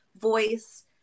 Voice